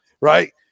right